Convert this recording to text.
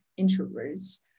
introverts